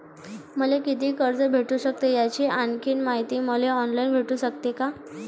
मले कितीक कर्ज भेटू सकते, याची आणखीन मायती मले ऑनलाईन भेटू सकते का?